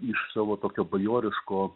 iš savo tokio bajoriško